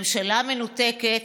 ממשלה מנותקת.